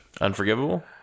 unforgivable